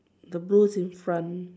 the goose in front